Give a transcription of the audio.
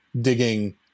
digging